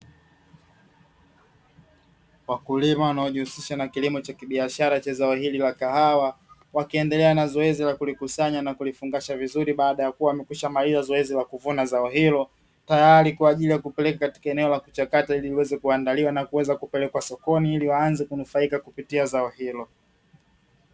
Wakulima wanaojihusisha na kilimo cha kibiashara cha zao hili la kahawa, wakiendelea na zoezi la kulikusanya na kulifungasha vizuri baada ya kuwa mawekwishamaliza zoezi la kuvuna zao hilo, tayari kwa ajili ya kupeleka eneo la kuchakata ili liweze kuandaliwa na kuweza kupelekwa sokoni ili waanze kunufaika kupitia zao hilo.